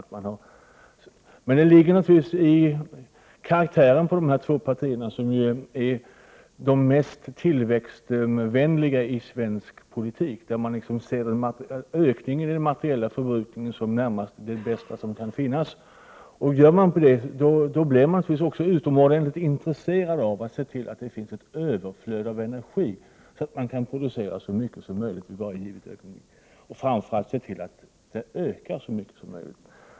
Men förklaringen ligger naturligtvis i de här två partiernas karaktär — de är ju de mest tillväxtvänliga i svensk politik. Ökningen i den materiella förbrukningen ser man närmast som det bästa som kan finnas. Då blir man naturligtvis utomordentligt intresserad av att se till att det finns ett överflöd av energi, så att man kan producera så mycket som möjligt i varje givet ögonblick — och framför allt se till att produktionen ökar så mycket som möjligt.